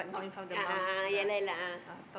a'ah a'ah ya lah ya lah a'ah